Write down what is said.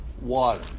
water